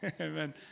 Amen